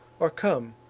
or come,